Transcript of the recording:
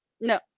no